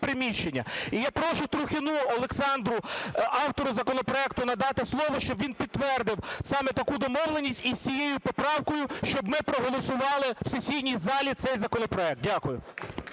приміщення. І я прошу Трухіну Олександру, автору законопроекту, надати слово, щоб він підтвердив саме таку домовленість, і з цією поправкою, щоб ми проголосували в сесійній залі цей законопроект. Дякую.